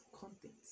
content